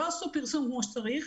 לא עשו פרסום כמו שצריך.